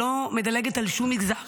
שלא מדלגת על שום מגזר